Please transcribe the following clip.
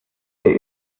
der